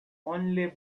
only